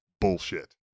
bullshit